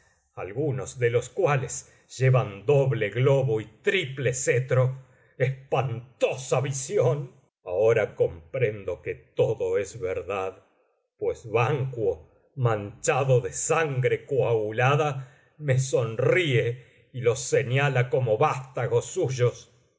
algunos de los cuales llevan doble globo y triple cetro espantosa visión ahora comprendo que todo es verdad pues banquo manchado de sangre coagulada me sonríe y los señala como vastagos suyos